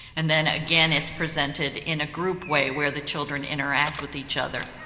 and then again it's presented in a group way where the children interact with each other.